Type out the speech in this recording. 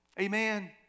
Amen